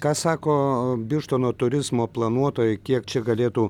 ką sako birštono turizmo planuotojai kiek čia galėtų